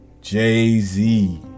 jay-z